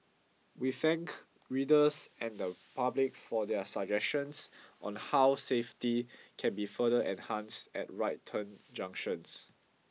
we thank readers and the public for their suggestions on how safety can be further enhanced at right turn junctions